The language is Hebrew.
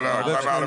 לא, אתה מערבב.